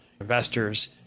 investors